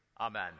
amen